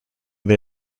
they